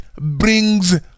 brings